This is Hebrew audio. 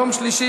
יום שלישי,